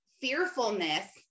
fearfulness